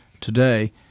today